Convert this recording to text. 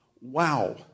Wow